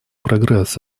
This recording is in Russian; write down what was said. прогресс